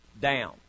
down